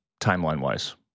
timeline-wise